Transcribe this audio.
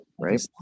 right